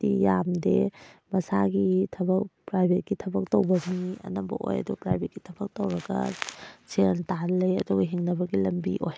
ꯗꯤ ꯌꯥꯝꯗꯦ ꯃꯁꯥꯒꯤ ꯊꯕꯛ ꯄ꯭ꯔꯥꯏꯕꯦꯠꯀꯤ ꯊꯕꯛ ꯇꯧꯕ ꯃꯤ ꯑꯅꯝꯕ ꯑꯣꯏ ꯑꯗꯨꯒ ꯄ꯭ꯔꯥꯏꯕꯦꯠꯀꯤ ꯊꯕꯛ ꯇꯧꯔꯒ ꯁꯦꯜ ꯇꯥꯜꯂ ꯂꯩ ꯑꯗꯨꯒ ꯍꯤꯡꯅꯕꯒꯤ ꯂꯝꯕꯤ ꯑꯣꯏ